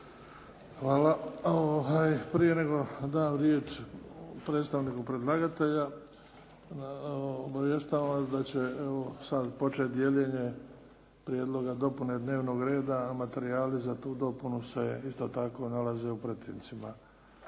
Hvala. Prije nego dam riječ predstavniku predlagatelja, obavještavam vas da će sada početi dijeljenje prijedloga dopune dnevnoga rada, a materijali za tu dopunu se isto tako nalaze u pretincima.